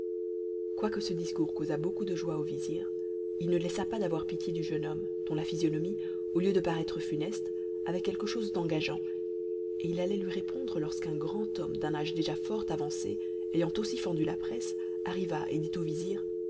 quoique ce discours causât beaucoup de joie au vizir il ne laissa pas d'avoir pitié du jeune homme dont la physionomie au lieu de paraître funeste avait quelque chose d'engageant et il allait lui répondre lorsqu'un grand homme d'un âge déjà fort avancé ayant aussi fendu la presse arriva et dit au vizir